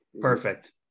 Perfect